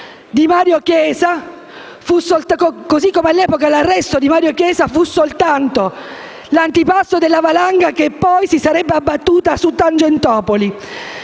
è solo l'inizio, così come all'epoca l'arresto di Mario Chiesa fu soltanto l'antipasto della valanga che poi sarebbe arrivata con Tangentopoli.